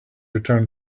return